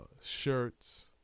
shirts